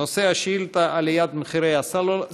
נושא השאילתה: עליית מחירי הסלולר.